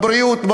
הבריאות,